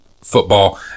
football